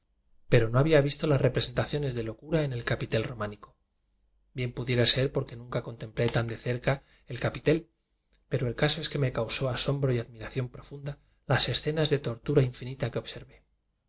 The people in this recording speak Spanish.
pero no había visto las representaciones de lo cura en el capitel románico bien pudiera ser porque nunca contemplé tan de cerca el capitel pero el caso es que me causó asom bro y admiración profunda las escenas de tortura infinita que observé